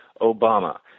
Obama